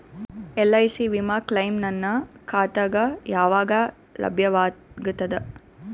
LIC ವಿಮಾ claim ನನ್ನ ಖಾತಾಗ ಯಾವಾಗ ಲಭ್ಯವಾಗತದ?